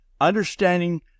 understanding